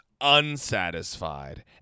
unsatisfied